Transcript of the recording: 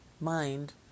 mind